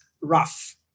rough